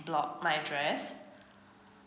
block my address